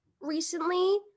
recently